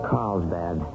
Carlsbad